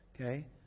Okay